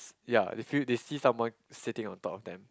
ya they feel they see someone sitting on the top of them